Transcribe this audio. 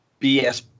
BS